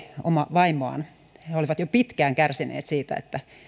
vaimoaan he olivat jo pitkään kärsineet siitä että